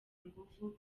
inguvu